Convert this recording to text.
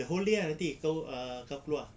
the whole day ah nanti kau ah kau keluar